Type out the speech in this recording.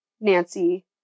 Nancy